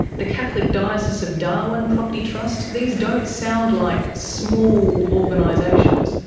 the catholic diocese of darwin property trust. these don't sound like small organisations.